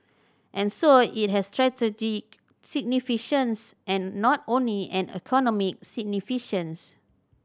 and so it has strategic and not only an economic